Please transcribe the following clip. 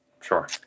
sure